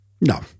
No